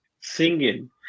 singing